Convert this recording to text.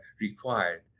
required